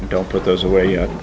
don't put those away